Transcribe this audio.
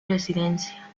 residencia